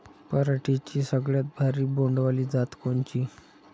पराटीची सगळ्यात भारी बोंड वाली जात कोनची?